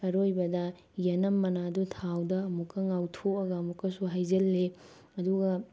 ꯑꯔꯣꯏꯕꯗ ꯌꯦꯟꯅꯝ ꯃꯅꯥꯗꯨ ꯊꯥꯎꯗ ꯑꯃꯨꯛꯀ ꯉꯧꯊꯣꯛꯑꯒ ꯑꯃꯨꯛꯀꯁꯨ ꯍꯩꯖꯤꯜꯂꯤ ꯑꯗꯨꯒ